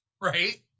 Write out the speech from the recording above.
right